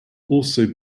also